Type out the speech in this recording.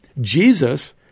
Jesus